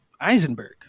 eisenberg